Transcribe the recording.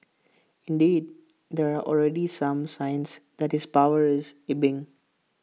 indeed there are already some signs that his power is ebbing